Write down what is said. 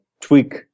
tweak